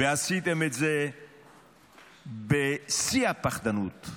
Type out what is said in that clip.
ועשיתם את זה בשיא הפחדנות,